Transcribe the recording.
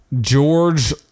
George